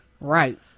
right